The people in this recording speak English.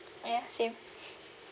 ya same